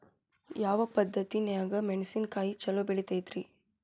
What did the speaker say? ಯಾವ ಪದ್ಧತಿನ್ಯಾಗ ಮೆಣಿಸಿನಕಾಯಿ ಛಲೋ ಬೆಳಿತೈತ್ರೇ?